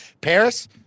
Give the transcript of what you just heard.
Paris